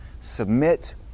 submit